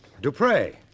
Dupre